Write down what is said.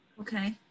Okay